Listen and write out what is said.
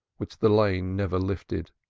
which the lane never lifted,